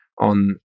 on